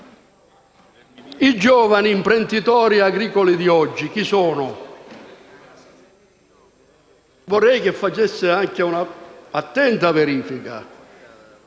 I giovani imprenditori agricoli di oggi chi sono? Vorrei che facesse anche un'attenta verifica.